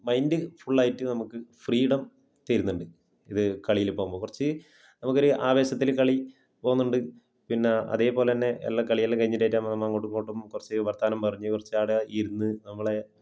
mind ഫുള്ളായിട്ട് നമുക്ക് freedom തരുന്നുണ്ട് ഇത് കളിയിലിപ്പോൾ കുറച്ച് നമുക്കറിയാം ആവേശത്തിൽ കളി പോകുന്നുണ്ട് പിന്നെ അതേപോലെ തന്നെ എല്ലാ കളിയെല്ലാം കഴിഞ്ഞിട്ട് ആയിട്ടകുമ്പോൾ നമ്മൾ അങ്ങോട്ടും ഇങ്ങോട്ടും കുറച്ച് വര്ത്തമാനം പറഞ്ഞ് കുറച്ച് അവിടെ ഇരുന്ന് നമ്മളെ